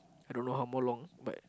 I don't know how more long but